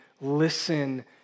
Listen